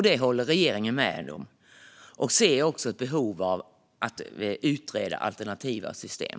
Det håller regeringen med om och ser också ett behov av att utreda alternativa system.